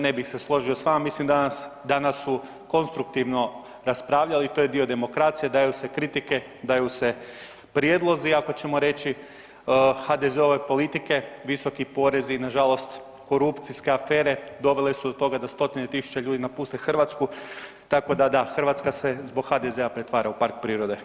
Ne bih se složio s vama, mislim danas su konstruktivno raspravljali, to je dio demokracije, daju se kritike, daju se prijedlozi, ako ćemo reći HDZ-ove politike, visoki porezi i nažalost korupcijske afere dovele su do toga da stotine tisuća ljudi napuste Hrvatsku, tako da da, Hrvatska se zbog HDZ-a pretvara u park prirode.